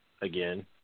again